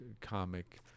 comic